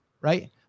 Right